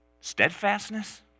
steadfastness